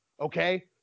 Okay